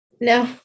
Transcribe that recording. no